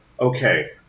Okay